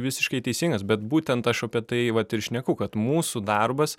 visiškai teisingas bet būtent aš apie tai vat ir šneku kad mūsų darbas